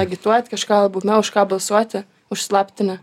agituot kažką labiau na už ką balsuoti užslaptinę